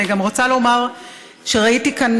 אני גם רוצה לומר שראיתי כאן,